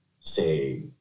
say